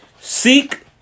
Seek